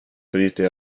bryter